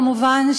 כמובן,